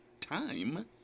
time